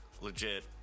Legit